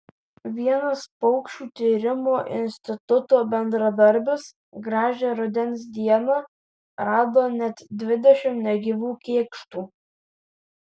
vienas paukščių tyrimo instituto bendradarbis gražią rudens dieną rado net dvidešimt negyvų kėkštų